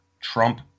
Trump